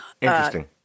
interesting